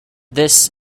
this